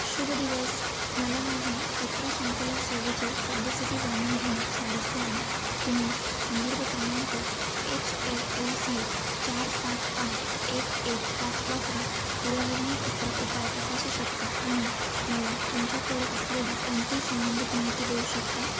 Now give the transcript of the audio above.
शुभदिवस मला माझ्या कचरा संकलन सेवेची सद्यस्थिती जाणून घेण्यात स्वारस्य आहे तुम्ही संदर्भ क्रमांक एच ए एल झेड चार सात आठ एक एक पाच वापरून पर्यावरणीय कचरा उपाय तपासू शकता आणि मला तुमच्याकडे असलेली कोणतीही संबंधित माहिती देऊ शकता